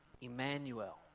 Emmanuel